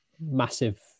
massive